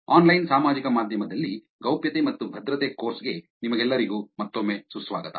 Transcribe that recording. online ಸಾಮಾಜಿಕ ಮಾಧ್ಯಮದಲ್ಲಿ ಗೌಪ್ಯತೆ ಮತ್ತು ಭದ್ರತೆ ಕೋರ್ಸ್ ಗೆ ನಿಮಗೆಲ್ಲರಿಗೂ ಮತ್ತೊಮ್ಮೆ ಸುಸ್ವಾಗತ